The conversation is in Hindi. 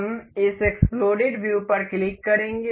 हम इस एक्स्प्लोडेड व्यू पर क्लिक करेंगे